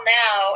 now